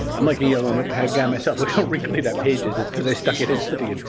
i'm like a yellow notepad guy myself. look how wrinkly that page is. it's cause i stuck it in something.